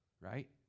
Right